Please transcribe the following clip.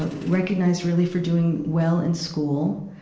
ah recognized really for doing well in school.